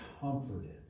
comforted